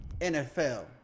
NFL